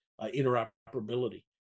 interoperability